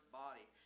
body